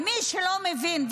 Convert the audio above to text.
למי שלא מבין,